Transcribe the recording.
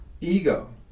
ego